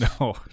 No